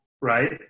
right